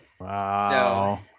Wow